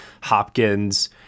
Hopkins